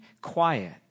quiet